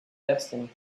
destiny